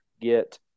get